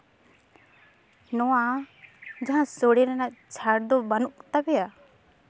ᱱᱚᱣᱟ ᱡᱟᱦᱟᱸ ᱥᱳᱲᱮ ᱨᱮᱱᱟᱜ ᱪᱷᱟᱲ ᱫᱚ ᱵᱟᱹᱱᱩᱜ ᱛᱟᱯᱮᱭᱟ